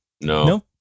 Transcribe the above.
No